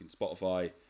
Spotify